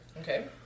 Okay